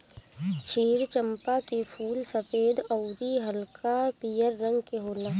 क्षीर चंपा के फूल सफ़ेद अउरी हल्का पियर रंग के होला